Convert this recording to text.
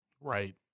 right